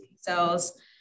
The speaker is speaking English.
cells